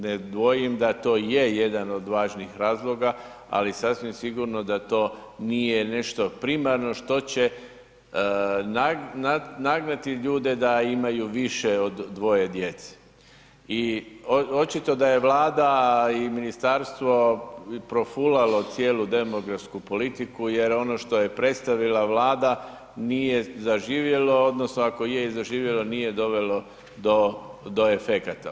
Ne dvojim da to je jedan od važnih razloga ali sasvim sigurno da to nije nešto primarno što će nagnuti ljude da imaju više od dvoje djece i očito da je Vlada i ministarstvo profulalo cijelu demografsku politiku jer ono što je predstavila Vlada, nije zaživjelo odnosno ako i je zaživjelo, nije dovelo do efekata.